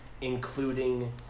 including